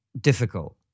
difficult